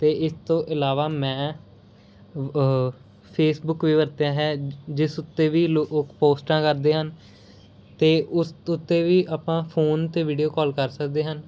ਅਤੇ ਇਸ ਤੋਂ ਇਲਾਵਾ ਮੈਂ ਫੇਸਬੁਕ ਵੀ ਵਰਤਿਆ ਹੈ ਜਿਸ ਉੱਤੇ ਵੀ ਲੋ ਪੋਸਟਾਂ ਕਰਦੇ ਹਨ ਅਤੇ ਉਸ ਉੱਤੇ ਵੀ ਆਪਾਂ ਫੋਨ 'ਤੇ ਵੀਡੀਓ ਕਾਲ ਕਰ ਸਕਦੇ ਹਨ